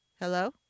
Hello